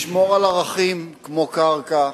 לשמור על ערכים כמו קרקע,